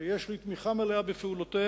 שיש לי תמיכה מלאה בפעולותיה,